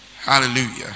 Hallelujah